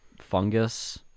fungus